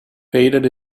faded